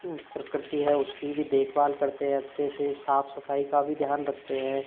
प्रकृति है उसकी भी देखभाल करते हैं अच्छे से साफ़ सफ़ाई का भी ध्यान रखते हैं